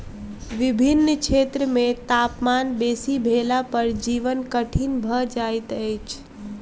विभिन्न क्षेत्र मे तापमान बेसी भेला पर जीवन कठिन भ जाइत अछि